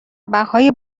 بهای